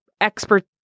expert